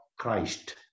Christ